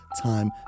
time